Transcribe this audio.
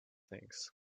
things